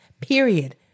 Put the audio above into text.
period